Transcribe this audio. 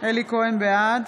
בעד